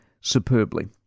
superbly